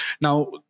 Now